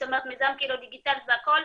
זאת אומרת מיזם קהילות דיגיטליות והכול,